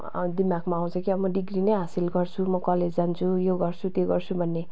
दिमागमा आउँछ कि अब म डिग्री नै हासिल गर्छु म कलेज जान्छु यो गर्छु त्यो गर्छु भन्ने